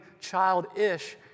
childish